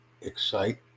excite